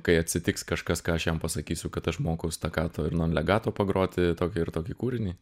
kai atsitiks kažkas ką aš jam pasakysiu kad aš moku stakato ir nonlegato pagroti tokį ir tokį kūrinį